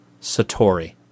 Satori